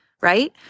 Right